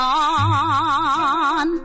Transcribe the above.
on